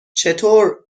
چطور